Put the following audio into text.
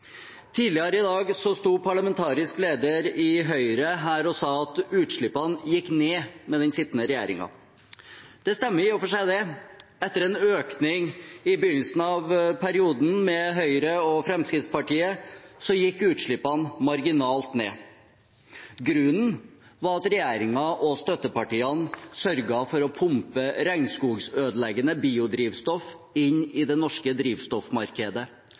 Tidligere i dag sto parlamentarisk leder i Høyre her og sa at utslippene gikk ned med den sittende regjeringen. Det stemmer i og for seg. Etter en økning i begynnelsen av perioden med Høyre og Fremskrittspartiet gikk utslippene marginalt ned. Grunnen var at regjeringen og støttepartiene sørget for å pumpe regnskogødeleggende biodrivstoff inn i det norske drivstoffmarkedet.